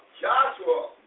Joshua